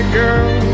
girl